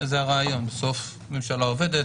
בסוף הממשלה עובדת,